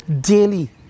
daily